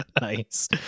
Nice